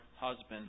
husband